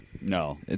No